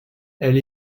elle